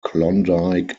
klondike